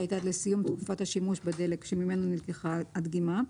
עד לסיום תקופת השימוש בדלק שממנו נלקחה הדגימה,